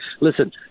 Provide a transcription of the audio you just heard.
Listen